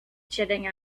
jetting